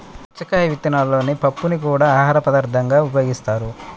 పుచ్చకాయ విత్తనాలలోని పప్పుని కూడా ఆహారపదార్థంగా ఉపయోగిస్తారు